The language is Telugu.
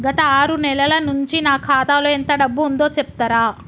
గత ఆరు నెలల నుంచి నా ఖాతా లో ఎంత డబ్బు ఉందో చెప్తరా?